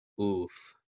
Oof